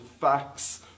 facts